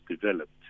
developed